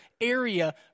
area